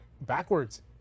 backwards